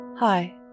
Hi